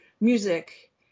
music